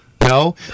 No